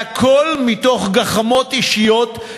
והכול מתוך גחמות אישיות,